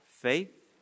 faith